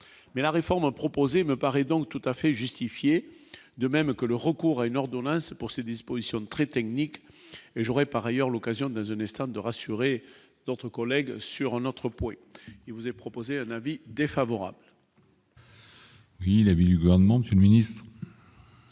mais la réforme proposée me paraît donc tout à fait justifiée, de même que le recours à une ordonnance pour ces dispositions très technique et j'aurais par ailleurs l'occasion de la jeunesse, tente de rassurer notre collègue sur un autre point qui vous est proposé un avis défavorable. Oui, l'avis du gouvernement, Monsieur le Ministre.